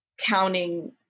counting